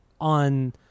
on